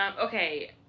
okay